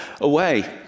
away